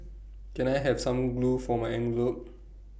can I have some glue for my envelopes